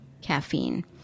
caffeine